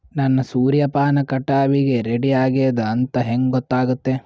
ನನ್ನ ಸೂರ್ಯಪಾನ ಕಟಾವಿಗೆ ರೆಡಿ ಆಗೇದ ಅಂತ ಹೆಂಗ ಗೊತ್ತಾಗುತ್ತೆ?